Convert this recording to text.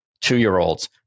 two-year-olds